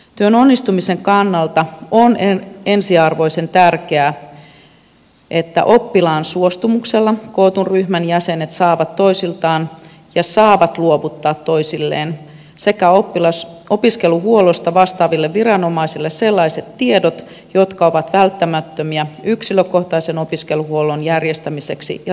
työn onnistumisen kannalta on ensiarvoisen tärkeää että oppilaan suostumuksella kootun ryhmän jäsenet saavat toisiltaan ja saavat luovuttaa toisilleen sekä opiskeluhuollosta vastaaville viranomaisille sellaiset tiedot jotka ovat välttämättömiä yksilökohtaisen opiskeluhuollon järjestämiseksi ja toteuttamiseksi